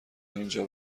اینجا